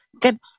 Good